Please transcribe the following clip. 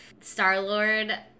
Star-Lord